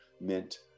meant